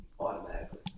automatically